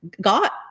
got